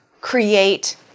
create